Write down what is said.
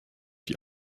die